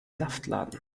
saftladen